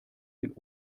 den